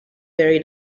very